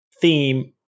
theme